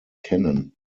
kennen